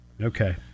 Okay